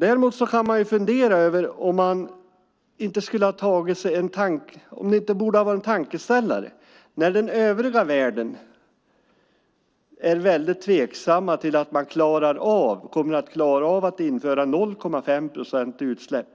Däremot kan man fundera om det inte borde ha varit en tankeställare när den övriga världen är väldigt tveksam till att kunna klara av att nå målet om 0,5 procent i utsläpp